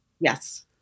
Yes